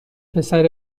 پسر